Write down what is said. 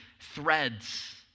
threads